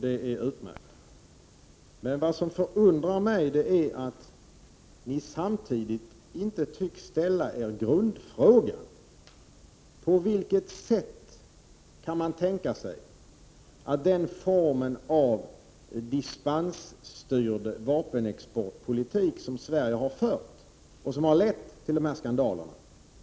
Det är utmärkt. Men vad som förundrar mig är att ni samtidigt inte tycks ställa er grundfrågan: På vilket sätt kan man undvika att den formen av dispensstyrd vapenexportpolitik som Sverige har fört leder till skandaler?